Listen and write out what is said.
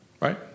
right